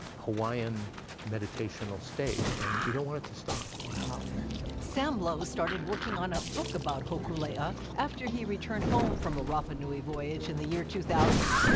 hawaiian meditational state, and you you don't want it to stop. sam low started working on a book about hokulea after he returned home from the rapa nui voyage in the year two thousand.